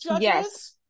Yes